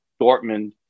Dortmund